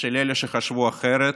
של אלה שחשבו אחרת,